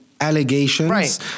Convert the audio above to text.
allegations